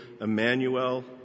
Emmanuel